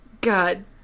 God